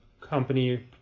company